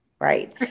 Right